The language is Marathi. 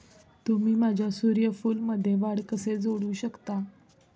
तुम्ही माझ्या सूर्यफूलमध्ये वाढ कसे जोडू शकता?